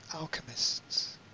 alchemists